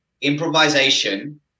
improvisation